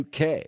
UK